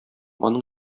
аның